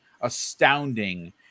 astounding